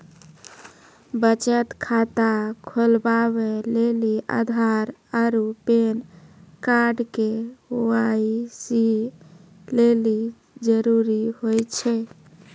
बचत खाता खोलबाबै लेली आधार आरू पैन कार्ड के.वाइ.सी लेली जरूरी होय छै